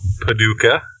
Paducah